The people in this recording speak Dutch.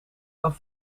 kan